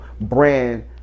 brand